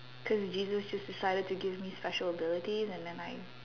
cause Jesus just decided to give me special abilities and then I